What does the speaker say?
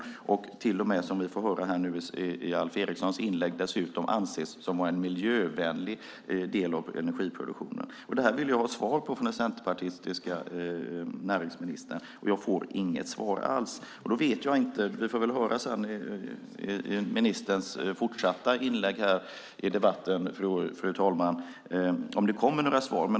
De anses till och med, som vi får höra i Alf Erikssons inlägg, vara en miljövänlig del av energiproduktionen. Det här vill jag ha svar på från den centerpartistiska näringsministern, och jag får inget svar alls. Vi får väl höra i ministerns fortsatta inlägg här i debatten, fru talman, om det kommer några svar.